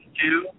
two